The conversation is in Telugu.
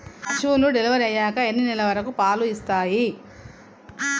పశువులు డెలివరీ అయ్యాక ఎన్ని నెలల వరకు పాలు ఇస్తాయి?